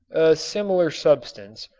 similar substance,